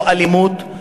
לא אלימות,